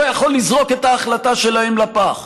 לא יכול לזרוק את ההחלטה שלהם לפח.